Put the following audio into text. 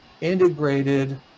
integrated